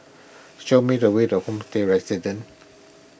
show me the way to Homestay Residences